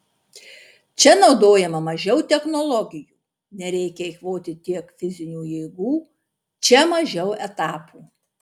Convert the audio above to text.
čia naudojama mažiau technologijų nereikia eikvoti tiek fizinių jėgų čia mažiau etapų